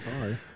Sorry